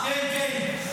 בחינם.